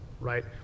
right